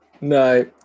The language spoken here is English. no